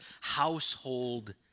household